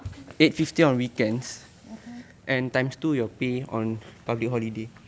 (uh huh)